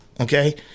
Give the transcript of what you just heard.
okay